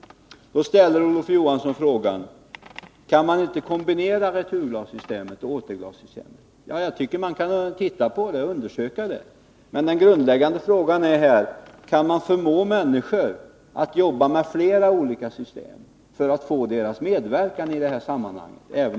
Då ställer Olof Johansson frågan: Kan man inte kombinera ett returglassystem och ett återglassystem? Jag tycker att man kan undersöka det, men den grundläggande frågan är: Kan man förmå människor att jobba med flera olika system, få deras medverkan — låt vara att pant utgår?